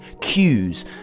Cues